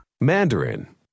Mandarin